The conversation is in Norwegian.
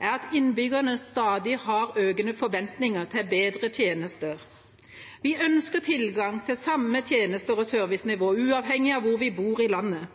er at innbyggerne stadig har økte forventninger til bedre tjenester. Vi ønsker tilgang til samme tjenester og servicenivå uavhengig av hvor vi bor i landet,